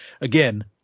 again